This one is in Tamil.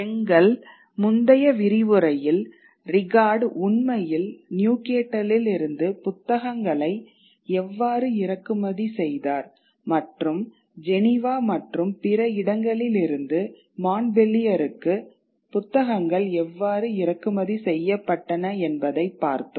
எங்கள் முந்தைய விரிவுரையில் ரிகாட் உண்மையில் நியூகேட்டலில் இருந்து புத்தகங்களை எவ்வாறு இறக்குமதி செய்தார் மற்றும் ஜெனீவா மற்றும் பிற இடங்களிலிருந்து மான்ட்பெலியருக்கு புத்தகங்கள் எவ்வாறு இறக்குமதி செய்யப்பட்டன என்பதைப் பார்த்தோம்